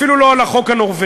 אפילו לא על החוק הנורבגי.